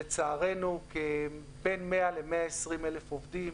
לצערנו, 100,000 120,000 עובדים